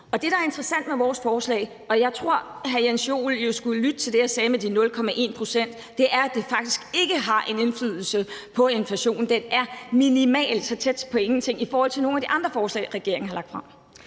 Det, der er interessant med vores forslag – og jeg synes, hr. Jens Joel skulle lytte til det, jeg sagde med de 0,1 pct. – er, at det faktisk ikke har en indflydelse på inflationen. Den er minimal, tæt på ingenting, i forhold til nogle af de andre forslag, regeringen har lagt frem.